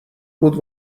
بود